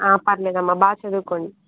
పర్లేదమ్మా బాగా చదువుకోండి